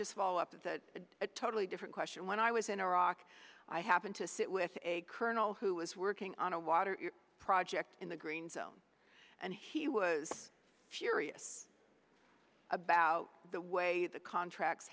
just follow up is that a totally different question when i was in iraq i happened to sit with a colonel who was working on a water project in the green zone and he was furious about the way the contracts